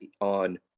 on